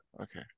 Okay